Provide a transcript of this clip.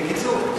בקיצור,